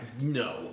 No